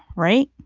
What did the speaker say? right.